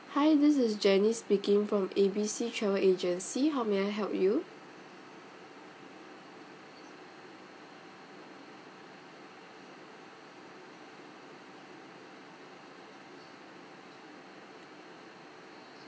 hi this is jenny speaking from A B C travel agency how may I help you